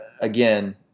again